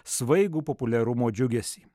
svaigų populiarumo džiugesį